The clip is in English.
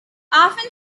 often